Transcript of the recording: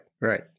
right